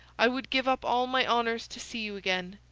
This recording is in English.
i would give up all my honours to see you again.